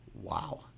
Wow